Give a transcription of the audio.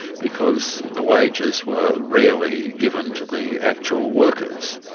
because the wages were rarely given to the actual workers.